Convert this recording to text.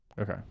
Okay